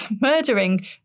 murdering